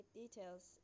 details